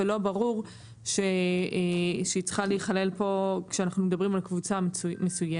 ולא ברור שהיא צריכה להיכלל פה כשאנחנו מדברים על קבוצה מסוימת.